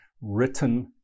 written